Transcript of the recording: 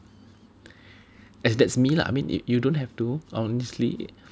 as in that's me lah you don't have to honestly